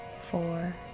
four